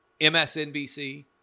MSNBC